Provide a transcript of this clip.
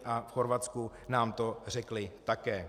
A v Chorvatsku nám to řekli také.